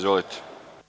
Izvolite.